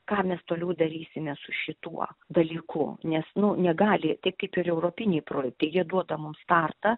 ką mes toliau darysime su šituo dalyku nes nu negali tai kaip ir europiniai projektai jie duoda mum startą